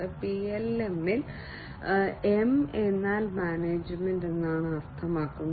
PLM ൽ M എന്നാൽ management എന്നാണ് അർത്ഥമാക്കുന്നത്